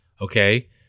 okay